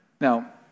Now